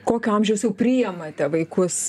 kokio amžiaus jau priimate vaikus